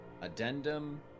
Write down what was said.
Addendum